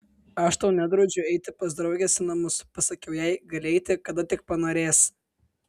aš tau nedraudžiu eiti pas drauges į namus pasakiau jai gali eiti kada tik panorėsi